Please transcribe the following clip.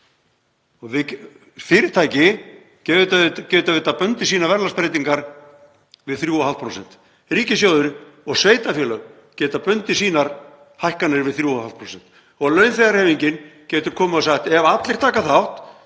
Fyrirtæki geta auðvitað bundið sínar verðlagsbreytingar við 3,5%. Ríkissjóður og sveitarfélög geta bundið sínar hækkanir við 3,5% og launþegahreyfingin getur komið og sagt: Ef allir taka þátt